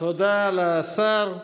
תודה לשר.